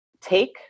take